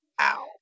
ow